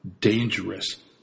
dangerous